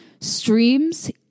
streams